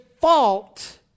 fault